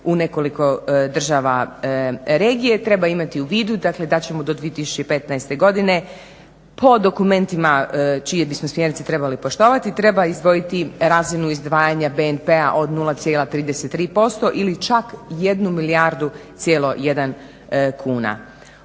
u nekoliko država regije. Treba imati u vidu dakle da ćemo do 2015. godine po dokumentima čije bismo smjernice trebali poštovati, treba izdvojiti razinu izdvajanja BDP-a od 0,33% ili čak jednu milijardu cijelo jedan kuna.